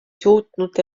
suutnud